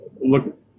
look